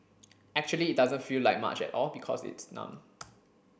actually it doesn't feel like much at all because it's numb